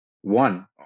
one